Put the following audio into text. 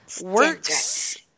works